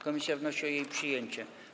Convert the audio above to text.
Komisja wnosi o jej przyjęcie.